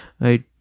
right